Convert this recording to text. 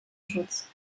schutz